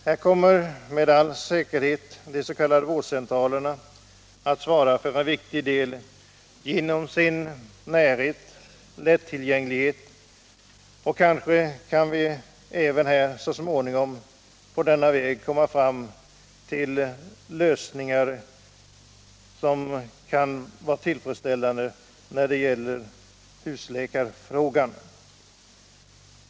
Här kommer med all säkerhet de s.k. vårdcentralerna att svara för en viktig del genom sin lättillgänglighet, och kanske kan vi även så småningom här komma fram till ett system som kan lösa husläkarfrågan.